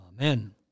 Amen